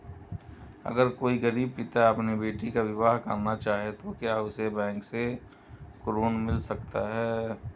अगर कोई गरीब पिता अपनी बेटी का विवाह करना चाहे तो क्या उसे बैंक से ऋण मिल सकता है?